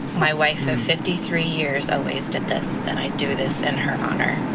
my wife of fifty three years always did this. and i do this in her honor